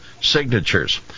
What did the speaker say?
signatures